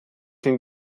den